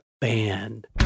Band